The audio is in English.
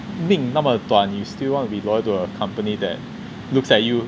命那么短 you still want to be loyal to your company that you know looks at you